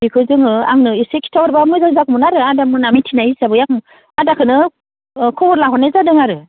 बेखौ जोङो आंनो एसे खिथाहरब्ला मोजां जागौमोन आरो आदामोना मिथिनाय हिसाबै आदाखोनो खबर लाहरनाय जादों आरो